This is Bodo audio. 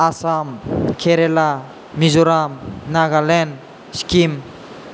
आसाम केरेला मिज'राम नागालेण्ड सिकिम